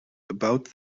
about